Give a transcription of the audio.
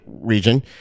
region